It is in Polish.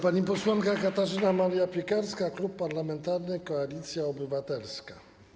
Pani posłanka Katarzyna Maria Piekarska, Klub Parlamentarny Koalicja Obywatelska.